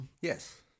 yes